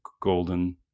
golden